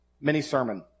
Mini-sermon